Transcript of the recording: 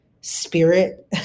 spirit